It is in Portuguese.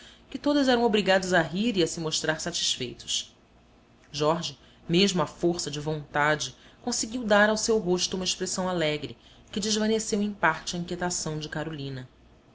que todos eram obrigados a rir e a se mostrar satisfeitos jorge mesmo à força de vontade conseguiu dar ao seu rosto uma expressão alegre que desvaneceu em parte a inquietação de carolina